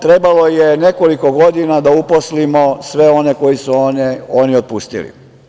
Trebalo je nekoliko godina da uposlimo sve one koji su oni otpustili.